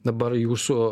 dabar jūsų